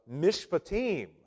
mishpatim